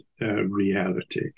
reality